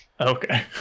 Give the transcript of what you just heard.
Okay